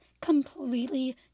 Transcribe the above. completely